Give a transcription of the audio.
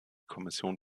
kommission